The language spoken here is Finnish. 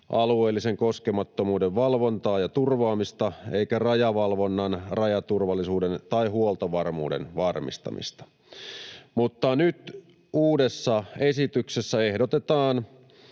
alueellisen koskemattomuuden valvontaa ja turvaamista eikä rajavalvonnan, rajaturvallisuuden tai huoltovarmuuden varmistamista, mutta nyt uudessa esityksessä ehdotetaan,